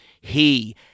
he